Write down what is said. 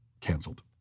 canceled